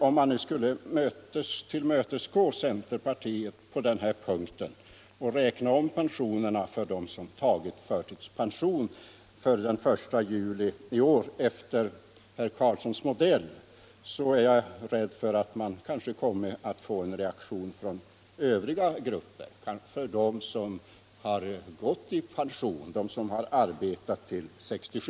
Om man skulle tillmötesgå centern på denna punkt och efter herr Carlssons modell räkna om pensionerna för dem som tagit förtidspension före den 1 juli i år, skulle man, är jag rädd, få en reaktion från övriga grupper, från dem som har arbetat till 67 år och sedan gått i pension.